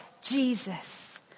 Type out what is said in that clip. Jesus